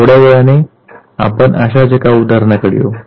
थोड्या वेळाने आपण अशाच एका उदाहरणाकडे येऊ